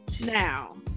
Now